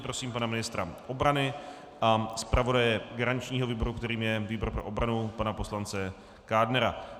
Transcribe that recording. Prosím pana ministra obrany a zpravodaje garančního výboru, kterým je výbor pro obranu, pana poslance Kádnera.